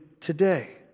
today